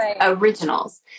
originals